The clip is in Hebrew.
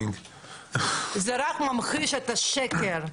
זה רק ממחיש את השקר,